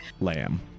Lamb